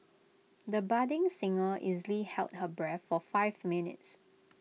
the budding singer easily held her breath for five minutes